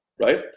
right